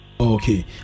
Okay